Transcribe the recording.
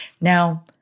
Now